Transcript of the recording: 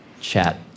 chat